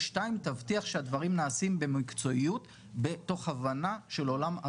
משהו כמו בין ארבעה לחמישה אנשים בכירים גם מתוך הפעילות של הביטוח.